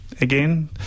again